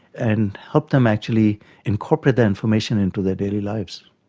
and help them actually incorporate that information into their daily lives.